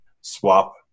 swap